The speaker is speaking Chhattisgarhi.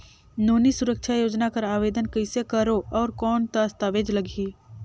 नोनी सुरक्षा योजना कर आवेदन कइसे करो? और कौन दस्तावेज लगही?